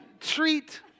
treat